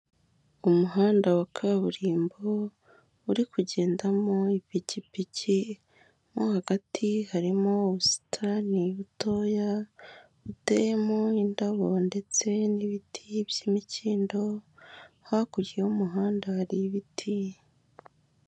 Umuhanda wa kaburimbo uri kugendamo ipikipiki, mo hagati harimo ubusitani butoya buteyemo indabo ndetse n'ibiti by'imikindo hakurya y'umuhanda hari ibiti.